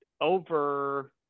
over